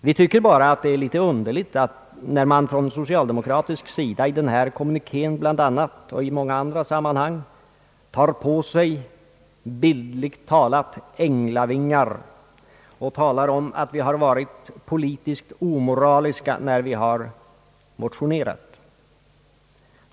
Vi tycker bara att det är litet underligt att man från socialdemokratisk sida i denna kommuniké och i många andra sammanhang bildligt talat tar på sig änglavingar och säger att vi i oppositionen har varit politiskt omoraliska när vi motionerat.